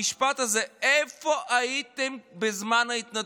המשפט הזה, איפה הייתם בזמן ההתנתקות?